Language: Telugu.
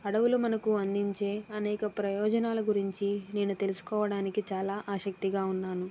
అడవులు మనకు అందించే అనేక ప్రయోజనాలు గురించి నేను తెలుసుకోవడానికి చాలా ఆసక్తిగా ఉన్నాను